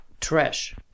trash